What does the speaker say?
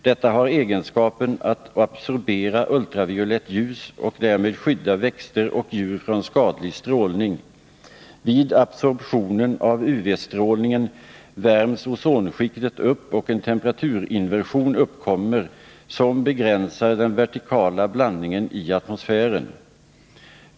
Detta har egenskapen att absorbera ultraviolett ljus och därmed skydda växter och djur från skadlig strålning. Vid absorbtionen av UV-strålningen värms ozonskiktet upp, och en temperaturinversion uppkommer som begränsar den vertikala blandningen i atmosfären.